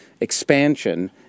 expansion